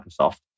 microsoft